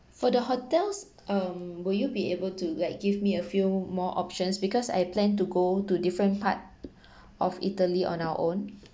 for the hotels um will you be able to like give me a few more options because I plan to go to different part of italy on our own